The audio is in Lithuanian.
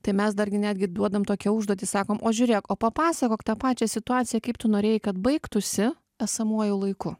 tai mes dargi netgi duodam tokią užduotį sakom o žiūrėk o papasakok tą pačią situaciją kaip tu norėjai kad baigtųsi esamuoju laiku